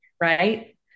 right